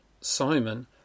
Simon